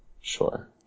Sure